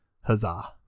Huzzah